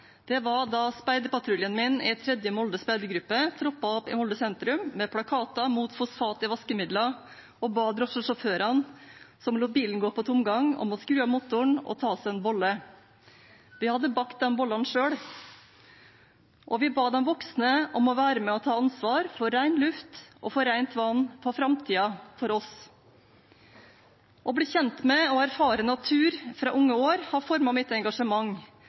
framtiden, var da speiderpatruljen min i 3. Molde Speidergruppe troppet opp i Molde sentrum med plakater mot fosfat i vaskemidler og ba drosjesjåførene som lot bilen gå på tomgang, om å skru av motoren og ta seg en bolle. Vi hadde bakt bollene selv, og vi ba de voksne om å være med og ta ansvar for ren luft, for rent vann, for framtiden, for oss. Å bli kjent med og erfare natur fra unge år har formet mitt engasjement,